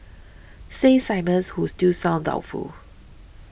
says Simmons who still sounds doubtful